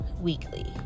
weekly